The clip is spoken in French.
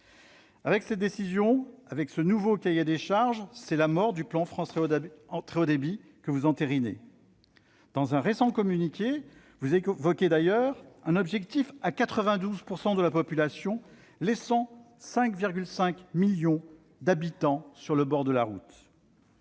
Avec cette décision, avec ce nouveau cahier des charges, vous actez la mort du plan France très haut débit. Dans un récent communiqué, vous avez d'ailleurs évoqué l'objectif de couvrir 92 % de la population, laissant 5,5 millions d'habitants sur le bord de la route.